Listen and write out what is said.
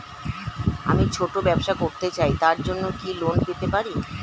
আমি ছোট ব্যবসা করতে চাই তার জন্য কি লোন পেতে পারি?